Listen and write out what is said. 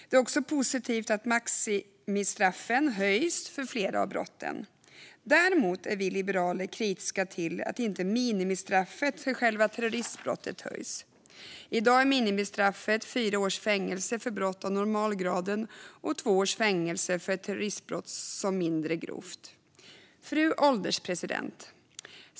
Det är också positivt att maximistraffen höjs för flera av brotten. Däremot är vi i Liberalerna kritiska till att minimistraffet för själva terroristbrottet inte höjs. I dag är minimistraffet fyra års fängelse för brott av normalgraden och två års fängelse för ett terroristbrott som är mindre grovt. Fru ålderspresident!